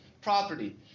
property